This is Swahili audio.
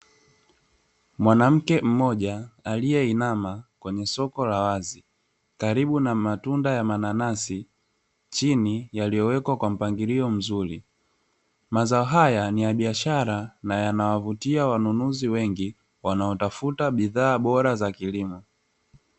Mwanamke mmoja aliyeinama kwenye soko la wazi, karibu na matunda ya mananasi chini, yaliyowekwa kwa mpangilio mzuri. Mazao haya ni ya biashara na yanawavutia wanunuzi wengi wanaotafuta bidhaa bora za kilimo.